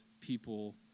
people